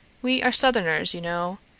we are southerners, you know.